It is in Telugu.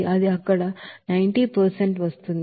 అది అక్కడ 90 వస్తుంది